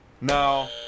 No